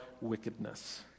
wickedness